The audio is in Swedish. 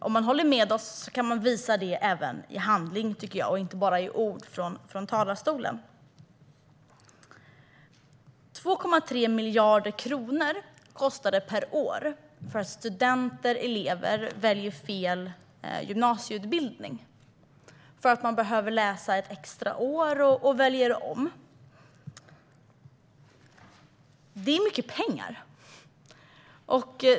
Om man håller med oss kan man visa det även i handling, inte bara i ord från talarstolen. Det kostar 2,3 miljarder per år att studenter väljer fel gymnasieutbildning och därmed måste välja om och läsa ett extra år. Det är mycket pengar.